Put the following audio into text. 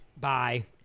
Bye